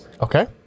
Okay